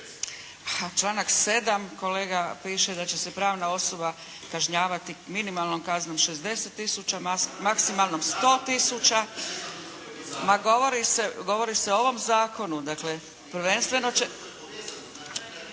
članak 7. kolega piše da će se pravna osoba kažnjavati minimalnom kaznom 60 tisuća, maksimalnom 100 tisuća… … /Upadica se ne razumije./ … Ma govori se,